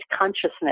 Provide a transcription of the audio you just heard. consciousness